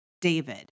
David